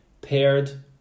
paired